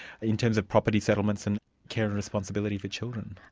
in terms of property settlements and care and responsibility for children?